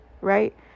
Right